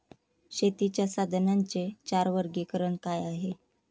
शेतीच्या साधनांचे चार वर्गीकरण काय आहे?